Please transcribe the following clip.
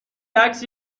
عکسی